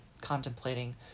contemplating